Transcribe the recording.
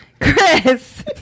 Chris